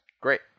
Great